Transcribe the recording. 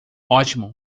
ótimo